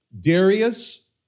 Darius